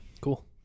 Cool